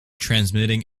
transmitting